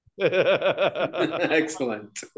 Excellent